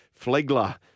Flegler